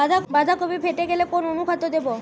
বাঁধাকপি ফেটে গেলে কোন অনুখাদ্য দেবো?